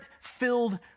filled